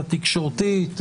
התקשורתית,